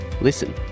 Listen